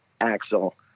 Axel